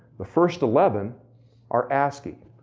the first eleven are ascii.